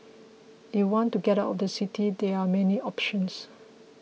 if you want to get out of the city there are many options